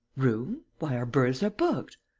room? why, our berths are booked!